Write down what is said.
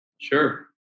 Sure